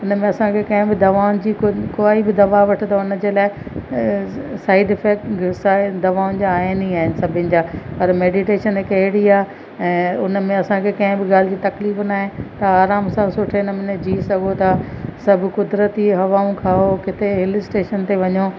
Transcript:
हिन में असांखे कंहिं ब दवाउनि जी को काई बि दवा वठ त उन जे लाइ साइड इफैक्ट स दवाउनि जा आहिनि ई आहिनि सभिनि जा पर मेडीटेशन हिकु अहिड़ी आहे ऐं उन में असांखे कंहिं बि ॻाल्हि जी तकलीफ़ न आहे त आराम सां सुठे नमूने जी सघो था सभु कुदरती हवाऊं खाओ किथे हिल स्टेशन ते वञो